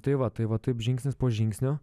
tai va tai va taip žingsnis po žingsnio